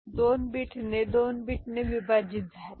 तर ते 2 बिटने 2 बिटने विभाजित झाले